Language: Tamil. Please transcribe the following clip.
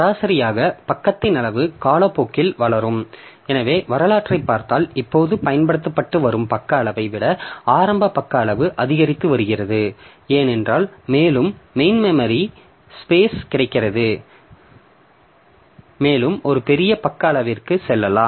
சராசரியாக பக்கத்தின் அளவு காலப்போக்கில் வளரும் எனவே வரலாற்றைப் பார்த்தால் இப்போது பயன்படுத்தப்பட்டு வரும் பக்க அளவை விட ஆரம்ப பக்க அளவு அதிகரித்து வருகிறது ஏனென்றால் மேலும் மேலும் மெயின் மெமரி ஸ்பேஸ் கிடைக்கிறது மேலும் ஒரு பெரிய பக்க அளவிற்கு செல்லலாம்